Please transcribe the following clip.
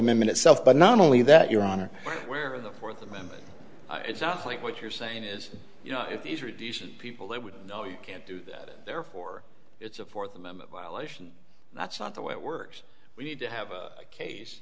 amendment itself but not only that your honor where of the fourth amendment it sounds like what you're saying is you know if these are decent people they would know you can't do that therefore it's a fourth amendment violation that's not the way it works we need to have a case